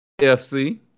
FC